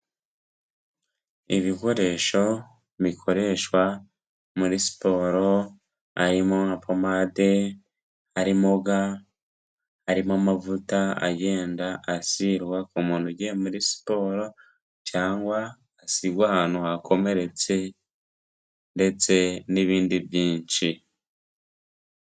Ibikoresho bikoreshwa muri siporo harimo nka pomade harimo ga, harimo amavuta agenda asigwa ku muntu ugiye muri siporo cyangwa asigwa ahantu hakomeretse ndetse n'ibindi byinshi.